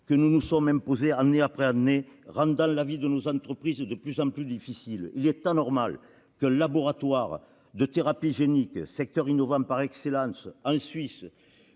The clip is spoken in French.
que nous nous sommes imposées, année après année, rendant la vie de nos entreprises de plus en plus difficile. Il est anormal qu'un laboratoire de thérapie génique, secteur innovant par excellence, puisse